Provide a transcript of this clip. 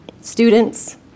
students